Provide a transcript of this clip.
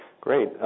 Great